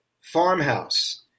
Farmhouse